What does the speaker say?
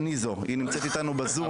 קניזו, היא נמצאת איתנו בזום.